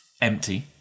empty